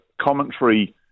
commentary